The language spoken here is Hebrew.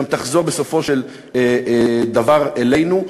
גם תחזור בסופו של דבר אלינו.